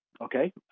Okay